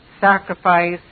sacrifice